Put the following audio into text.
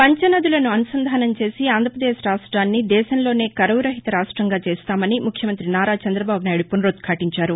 పంచనదులను అనుసంధానం చేసి ఆంధ్రపదేశ్ రాష్టాన్ని దేశంలోనే కరువు రహిత రాష్ట్రంగా చేస్తామని ముఖ్యమంత్రి నారా చంద్రబాబు నాయుడు పునరుద్భాటించారు